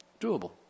Doable